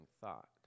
thought